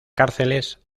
cárceles